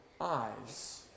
eyes